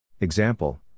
Example